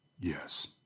Yes